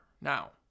now